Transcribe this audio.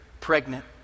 pregnant